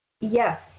yes